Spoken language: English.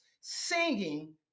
singing